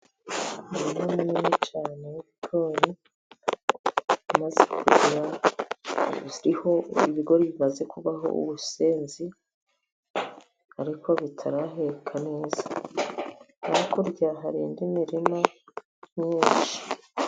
Umurima munini cyane w'ibigori. Ibigori bimaze kuzaho ubusenzi ariko bitaraheka neza, hakurya hari indi mirima myinshi.